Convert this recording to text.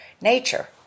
Nature